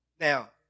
Now